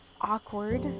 awkward